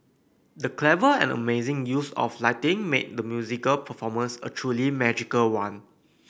the clever and amazing use of lighting made the musical performance a truly magical one